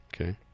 Okay